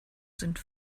sind